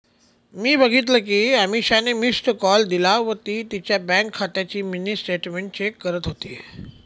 मी बघितल कि अमीषाने मिस्ड कॉल दिला व ती तिच्या बँक खात्याची मिनी स्टेटमेंट चेक करत होती